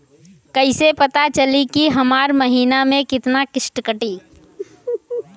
कईसे पता चली की हमार महीना में कितना किस्त कटी?